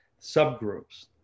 subgroups